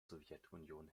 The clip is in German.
sowjetunion